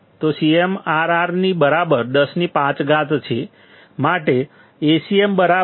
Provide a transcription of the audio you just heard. તો CMRR ની બરાબર 105 છે માટે Acm બરાબર